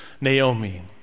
Naomi